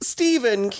Stephen